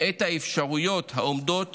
את האפשרויות העומדות